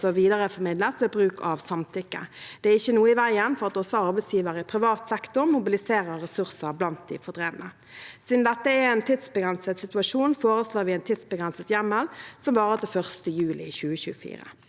og videreformidles ved bruk av samtykke. Det er ikke noe i veien for at også arbeidsgivere i privat sektor mobiliserer ressurser blant de fordrevne. Siden dette er en tidsbegrenset situasjon, foreslår vi en tidsbegrenset hjemmel som varer til 1. juli 2024.